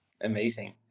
Amazing